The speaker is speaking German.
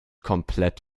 komplett